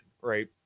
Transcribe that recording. right